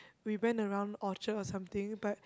we went around Orchard or something but